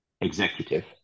executive